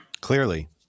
clearly